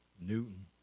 Newton